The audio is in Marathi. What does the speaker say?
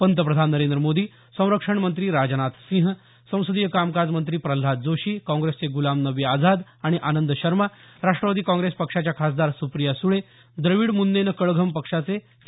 पंतप्रधान नरेंद्र मोदी संरक्षण मंत्री राजनाथ सिंह संसदीय कामकाजमंत्री प्रल्हाद जोशी काँग्रसचे गुलाम नबी आझाद आणि आनंद शर्मा राष्ट्रवादी काँग्रेस पक्षाच्या खासदार सुप्रिया सुळे द्रविड मुन्नेत्र कळघम पक्षाचे के